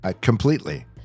completely